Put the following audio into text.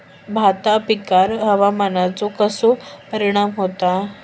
भात पिकांर हवामानाचो कसो परिणाम होता?